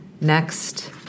next